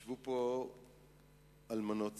ישבו פה אלמנות צה"ל,